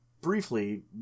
briefly